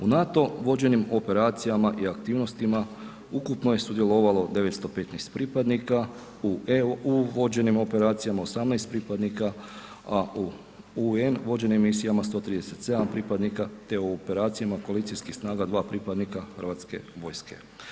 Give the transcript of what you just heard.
U NATO vođenim operacijama i aktivnostima ukupno je sudjelovalo 915 pripadnika, u EU vođenim operacijama 18 pripadnika, a u UN vođenim misijama 137 pripadnika te u operacijama policijskih snaga 2 pripadnika Hrvatske vojske.